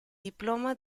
diploma